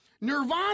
nirvana